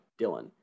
Dylan